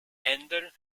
händel